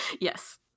Yes